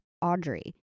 Audrey